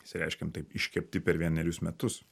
išsireikškim taip iškepti per vienerius metus